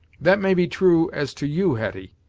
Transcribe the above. that may be true as to you, hetty,